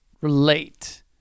relate